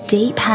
Deep